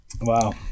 Wow